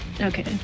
okay